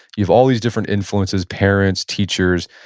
you have all these different influences, parents, teachers,